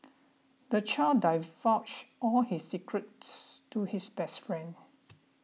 the child divulged all his secrets to his best friend